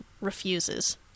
refuses